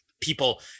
people